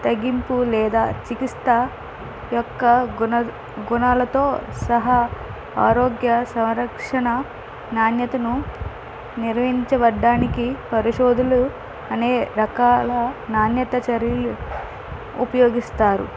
తగ్గింపు లేదా చికిత్స యొక్క గుణ గుణాలతో సహా ఆరోగ్య సంరక్షణ నాణ్యతను నిర్వహించబడడానికి పరిశోధులు అనేక రకాల నాణ్యత చర్యలు ఉపయోగిస్తారు